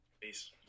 Peace